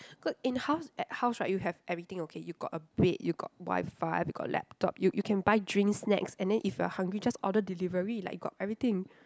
cause in house at house right you have everything okay you got a bed you got WiFi you got laptop you you can buy drinks snacks and then if you're hungry just order delivery like got everything